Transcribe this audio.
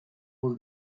was